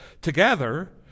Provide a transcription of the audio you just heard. together